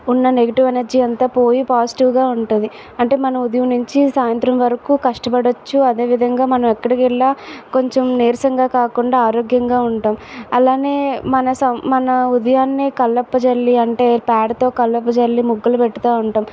ఉన్న negative energy అంతా పోయి పాజిటివ్గా ఉంటుంది అంటే మన ఉదయం నుంచి సాయంత్రం వరకు కష్టపడచ్చు అదేవిధంగా మనం ఎక్కడికి వెళ్ళినా కొంచెం నీరసంగా కాకుండా ఆరోగ్యంగా ఉంటాం అలాగే మన సమ మనం ఉదయాన్నే కల్లాపు చల్లి అంటే పేడతో కల్లాపు చల్లి ముగ్గులు పెడతా ఉంటాం